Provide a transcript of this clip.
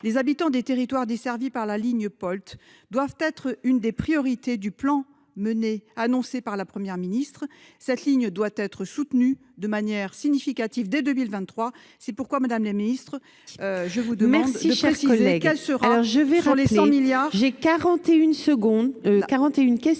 Les habitants des territoires desservis par la ligne Polt doivent être une des priorités du plan annoncé par la Première ministre. Cette ligne doit être soutenue de manière significative dès 2023. C'est pourquoi, madame la secrétaire d'État, je vous demande de préciser quelle sera, sur les 100 milliards